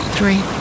Three